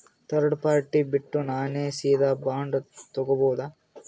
Third party ಬಿಟ್ಟು ನಾನೇ ಸೀದಾ ಬಾಂಡ್ ತೋಗೊಭೌದಾ?